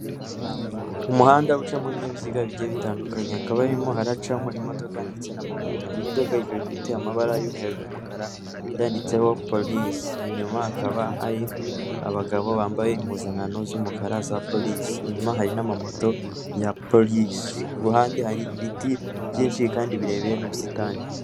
Umuhanda ucamo ibinyabiziga bigiye bitandukanye, hakaba harimo haracamo imodoka ndetse n'amamoto, imodoka ikaba ifite amabara y'umweru n'umukara yanditseho polisi, inyuma hakaba hari abagabo bambaye impuzankano z'umukara za polisi, inyuma hari n'amamoto ya polisi, ku ruhande hari ibiti byinshi kandi birebire n'ubusitani.